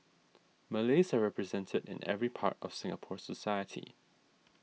Malays are represented in every part of Singapore society